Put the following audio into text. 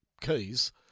keys